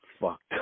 fucked